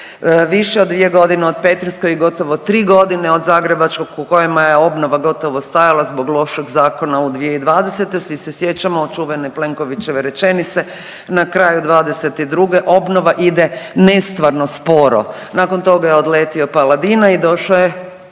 više od dvije godine od petrinjskog i gotovo tri godine od zagrebačkog u kojima je obnova gotovo stajala zbog lošeg zakona u 2020. Svi se sjećamo čuvene Plenkovićeve rečenice. Na kraju 2022. obnova ide nestvarno sporo. Nakon toga je odletio Paladina i došao je